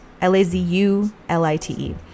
L-A-Z-U-L-I-T-E